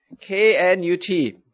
K-N-U-T